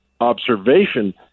observation